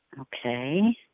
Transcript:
Okay